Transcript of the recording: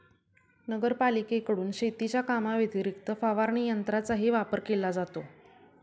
नगरपालिकेकडून शेतीच्या कामाव्यतिरिक्त फवारणी यंत्राचाही वापर केला जातो